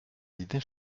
dîner